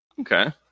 Okay